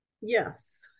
Yes